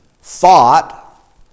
thought